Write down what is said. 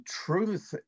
truth